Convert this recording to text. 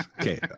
okay